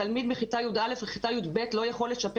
תלמיד בכיתה י"א וכיתה י"ב לא יכול לשפר